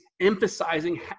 emphasizing